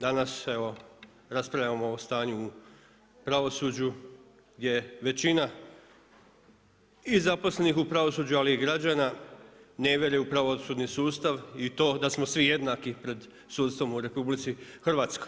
Danas evo raspravljamo o stanju u pravosuđu gdje većina i zaposlenih u pravosuđu ali i građana ne vjeruje u pravosudni sustav i to da smo svi jednaki pred sudstvom u RH.